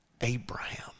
Abraham